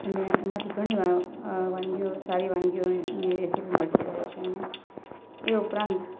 અને એમાંથી ઘણી વાનગીઓ સારી વાનગીઓની જે રેસીપી મળતી હોય છે એ ઉપરાંત